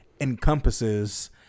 encompasses